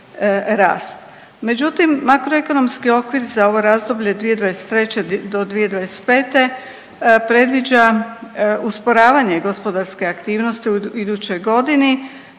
Međutim, makroekonomski okvir za ovo razdoblje 2023. do 2025. predviđa usporavanje gospodarske aktivnosti u idućoj godini.